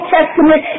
Testament